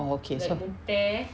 oh okay so